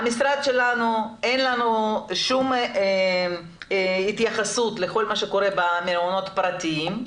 אין לנו שום התייחסות לכל מה שקורה במעונות הפרטיים.